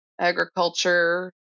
agriculture